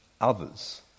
others